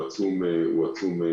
הוא עצום ממדים.